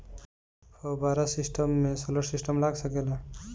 फौबारा सिचाई मै सोलर सिस्टम लाग सकेला?